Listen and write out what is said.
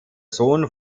sohn